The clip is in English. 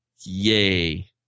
yay